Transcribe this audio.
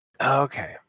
Okay